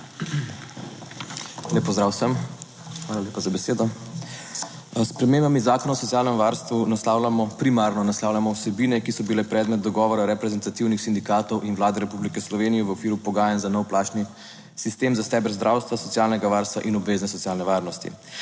Lep pozdrav vsem! Hvala lepa za besedo. S spremembami Zakona o socialnem varstvu naslavljamo, primarno naslavljamo, vsebine, ki so bile predmet dogovora reprezentativnih sindikatov in Vlade Republike Slovenije v okviru pogajanj za nov plačni sistem za steber zdravstva, socialnega varstva in obvezne socialne varnosti.